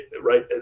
right